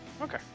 okay